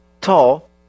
tall